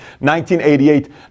1988